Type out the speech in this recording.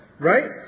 Right